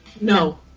No